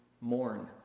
mourn